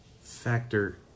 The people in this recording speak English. factor